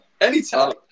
Anytime